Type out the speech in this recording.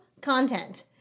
content